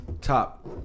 top